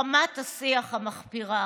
רמת השיח המחפירה: